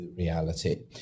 reality